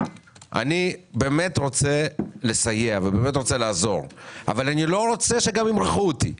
אני באמת רוצה לסייע ולעזור אבל אני גם לא רוצה שימרחו אותי.